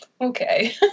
Okay